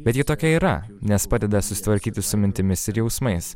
bet ji tokia yra nes padeda susitvarkyti su mintimis ir jausmais